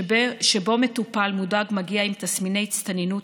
שבו מטופל מודאג מגיע עם תסמיני הצטננות